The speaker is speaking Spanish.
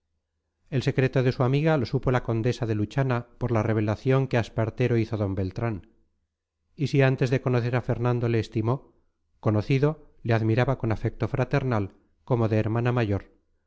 el secreto de su amiga lo supo la condesa de luchana por la revelación que a espartero hizo d beltrán y si antes de conocer a fernando le estimó conocido le miraba con afecto fraternal como de hermana mayor